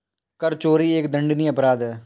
कर चोरी एक दंडनीय अपराध है